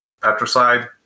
patricide